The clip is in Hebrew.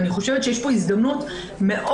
ואני חושבת שיש פה הזדמנות משמעותית,